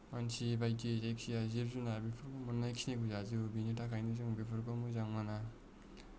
मानसि बायदियै जायखि जाया जिब जुनार बेफोरखौ मोननाय खिनिखौ जाजोबो बिनि थाखायनो जोङो बेफोरखौ मोजां मोना